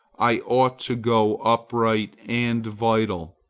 i ought to go upright and vital,